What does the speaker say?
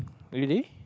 really